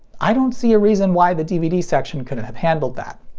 i don't see a reason why the dvd section couldn't have handled that.